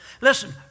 Listen